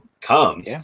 comes